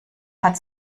hat